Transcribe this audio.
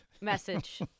message